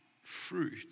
fruit